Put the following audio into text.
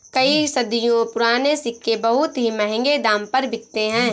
कई सदियों पुराने सिक्के बहुत ही महंगे दाम पर बिकते है